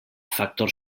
factor